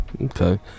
Okay